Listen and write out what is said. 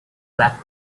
black